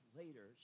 later